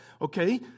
okay